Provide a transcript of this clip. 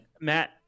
Matt